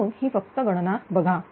म्हणून ही फक्त गणना बघा